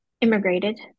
immigrated